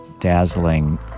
dazzling